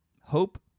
Hope